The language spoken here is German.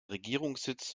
regierungssitz